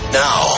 now